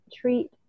treat